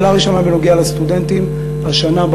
השאלה הראשונה בנוגע לסטודנטים: השנה,